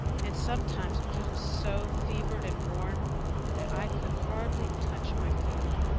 and sometimes i was so fevered and worn that i could hardly touch my food.